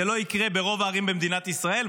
זה לא יקרה ברוב הערים במדינת ישראל,